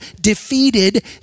defeated